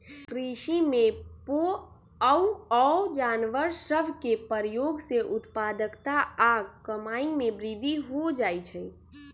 कृषि में पोअउऔ जानवर सभ के प्रयोग से उत्पादकता आऽ कमाइ में वृद्धि हो जाइ छइ